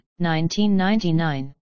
1999